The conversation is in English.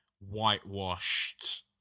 whitewashed